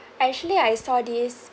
actually I saw this